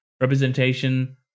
representation